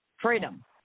freedom